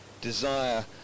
Desire